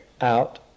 out